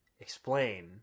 explain